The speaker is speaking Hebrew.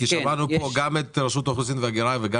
כי שמענו פה גם את רשות האוכלוסין וההגירה וגם